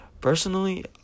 personally